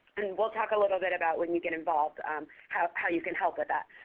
and we'll talk a little bit about when you get involved how how you can help with that.